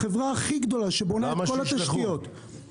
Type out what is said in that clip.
החברה הכי גדולה שבונה את כל התשתיות --- למה שישלחו?